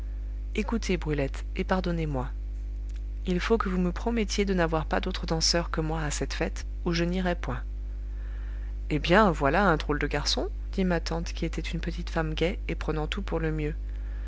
écoutez brulette et pardonnez-moi il faut que vous me promettiez de n'avoir pas d'autre danseur que moi à cette fête ou je n'irai point eh bien voilà un drôle de garçon dit ma tante qui était une petite femme gaie et prenant tout pour le mieux